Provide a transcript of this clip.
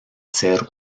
ser